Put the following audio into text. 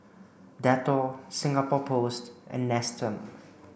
Dettol Singapore Post and Nestum